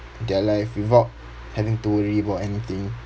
their life without having to worry about anything